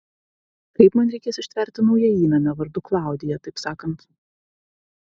kaip man reikės ištverti naują įnamę vardu klaudija taip sakant